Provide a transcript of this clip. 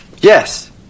Yes